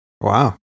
Wow